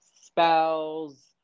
spells